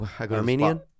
Armenian